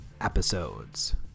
episodes